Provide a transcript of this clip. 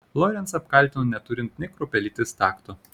lorencą apkaltino neturint nė kruopelytės takto